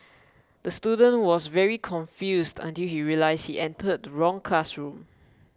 the student was very confused until he realised he entered the wrong classroom